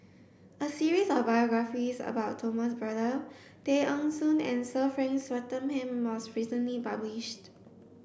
a series of biographies about Thomas Braddell Tay Eng Soon and Sir Frank Swettenham was recently published